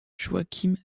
joachim